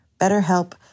BetterHelp